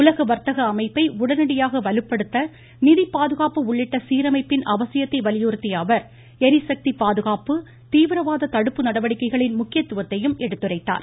உலக வர்த்தக அமைப்பை உடனடியாக வலுப்படுத்த நிதி பாதுகாப்பு உள்ளிட்ட சீரமைப்பின் அவசியத்தை வலியுறுத்திய அவர் ளிசக்தி பாதுகாப்பு தீவிரவாத தடுப்பு நடவடிக்கைகளின் முக்கியத்துவத்தையும் எடுத்துரைத்தார்